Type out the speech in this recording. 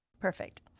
Perfect